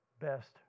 best